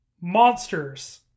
monsters